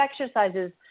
exercises